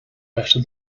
better